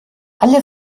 alle